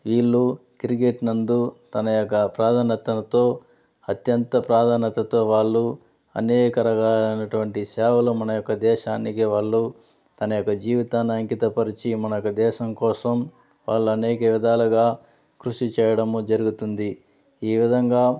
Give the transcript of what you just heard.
వీళ్లు క్రికెట్ నందు తన యొక్క ప్రాధాన్యతలతో అత్యంత ప్రాధాన్యతతో వాళ్లు అనేక రకాలైనటువంటి సేవలు మన యొక్క దేశానికి వాళ్ళు తన యొక్క జీవితాన్ని అంకితం పరిచయం మనకు దేశం కోసం వాళ్లు అనేక విధాలుగా కృషి చేయడం జరుగుతుంది ఈ విధంగా